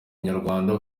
nyarwanda